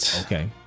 Okay